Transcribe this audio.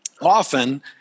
often